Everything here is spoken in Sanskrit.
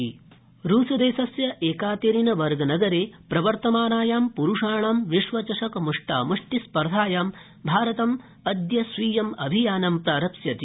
मुष्टामुष्टि रूसदेशस्य एकातेरिनबर्गनगरे प्रवर्तमानायां पुरुषाणां विश्वचषक मुष्टामुष्टि स्मर्धायां भारतम् अद्य स्वीयाभियानं प्रारप्स्यति